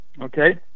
okay